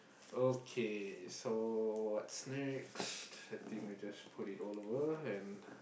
okay so what's next I think we just put it all over and